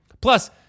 Plus